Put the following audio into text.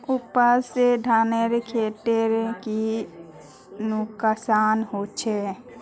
वर्षा से धानेर खेतीर की नुकसान होचे?